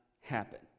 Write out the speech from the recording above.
happen